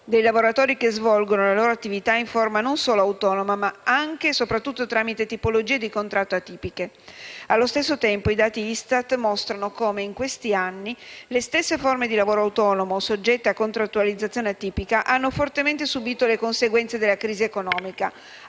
dei lavoratori che svolgono la loro attività in forma non solo autonoma ma anche e soprattutto tramite tipologie di contratto "atipiche". Allo stesso tempo, i dati ISTAT mostrano come, in questi anni, le stesse forme di lavoro autonomo o soggette a contrattualizzazione "atipica" hanno fortemente subito le conseguenze della crisi economica,